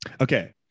Okay